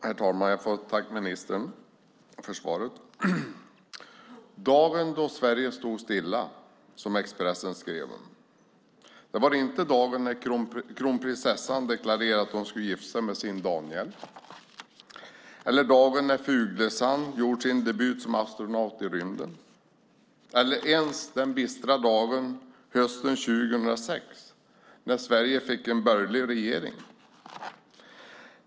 Herr talman! Jag får tacka ministern för svaret. Dagen då Sverige stod stilla, som Expressen skrev om, var inte dagen när kronprinsessan deklarerade att hon skulle gifta sig med sin Daniel eller dagen när Fuglesang gjort sin debut som astronaut i rymden eller ens den bistra dagen hösten 2006 när Sverige fick en borgerlig regering.